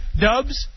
Dubs